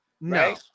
No